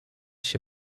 się